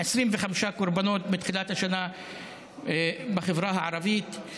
25 קורבנות מתחילת השנה בחברה הערבית.